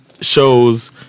shows